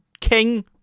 King